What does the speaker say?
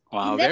Wow